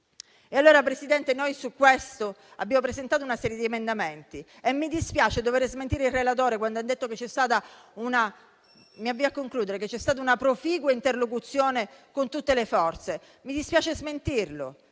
alloggi. Presidente, su questo abbiamo presentato una serie di emendamenti e mi dispiace dover smentire il relatore quando ha detto che c'è stata una proficua interlocuzione con tutte le forze: gli emendamenti